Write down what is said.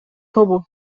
тобу